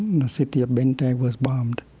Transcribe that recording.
the city of ben tre was bombed,